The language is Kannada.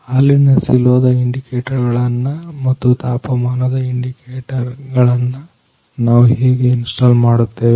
ಹಾಲಿನ ಸಿಲೋದ ಇಂಡಿಕೇಟರ್ ಗಳನ್ನ ಮತ್ತು ತಾಪಮಾನದ ಇಂಡಿಕೇಟರ್ ಗಳನ್ನು ನಾವು ಹೇಗೆ ಇನ್ಸ್ಟಾಲ್ ಮಾಡುತ್ತೇವೆ